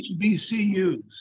HBCUs